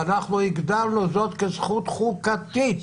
והגדרנו זאת כזכות חוקתית.